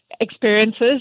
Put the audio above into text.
experiences